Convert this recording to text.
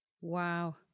Wow